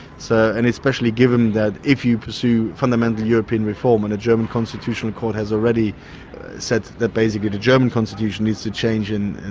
so and especially given that if you pursue fundamental european reform when a german constitutional court has already said that basically the german constitution needs to change and and,